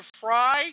fry